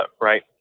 Right